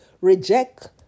reject